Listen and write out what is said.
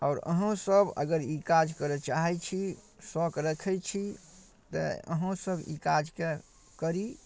आओर अहूँसभ अगर ई काज करऽ चाहै छी शौक रखै छी तऽ अहूँसभ ई काजके करी